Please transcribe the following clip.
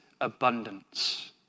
abundance